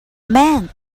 man